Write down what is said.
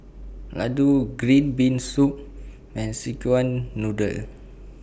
Laddu Green Bean Soup and Szechuan Noodle